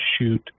shoot